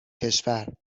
کشور